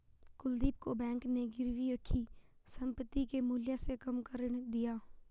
कुलदीप को बैंक ने गिरवी रखी संपत्ति के मूल्य से कम का ऋण दिया